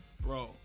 bro